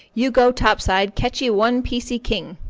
you go top-side catchee one piecee king.